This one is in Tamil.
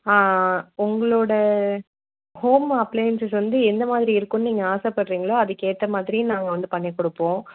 உங்களோட ஹோம் அப்லையன்ஸஸ் வந்து எந்த மாதிரி இருக்குமென்னு நீங்கள் ஆசைப்பட்றீங்களோ அதுக்கேற்ற மாதிரி நாங்கள் வந்து பண்ணிக் கொடுப்போம்